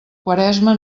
quaresma